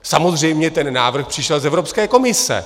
Samozřejmě ten návrh přišel z Evropské komise.